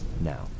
Now